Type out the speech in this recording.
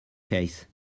case